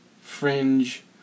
fringe